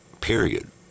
period